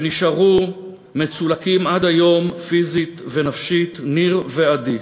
שנשארו מצולקים עד היום פיזית ונפשית, ניר ועדי.